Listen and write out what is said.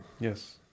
yes